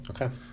okay